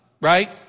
right